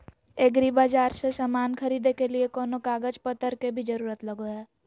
एग्रीबाजार से समान खरीदे के लिए कोनो कागज पतर के भी जरूरत लगो है?